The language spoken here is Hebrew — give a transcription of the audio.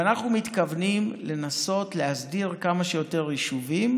ואנחנו מתכוונים לנסות להסדיר כמה שיותר יישובים,